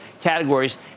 categories